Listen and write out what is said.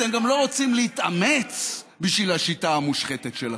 אתם גם לא רוצים להתאמץ בשביל השיטה המושחתת שלכם.